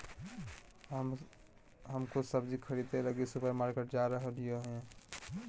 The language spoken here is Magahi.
हम कुछ सब्जि खरीदे लगी सुपरमार्केट जा रहलियो हें